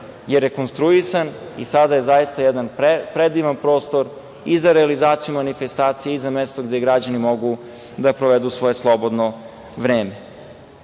je rekonstruisan i sada je zaista jedan predivan prostor i za realizaciju manifestacija i za mesto gde građani mogu da provedu svoje slobodno vreme. Kao